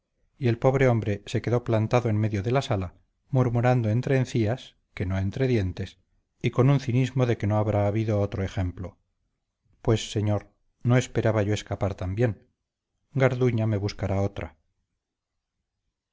y el pobre hombre se quedó plantado en medio de la sala murmurando entre encías que no entre dientes y con un cinismo de que no habrá habido otro ejemplo pues señor no esperaba yo escapar tan bien garduña me buscará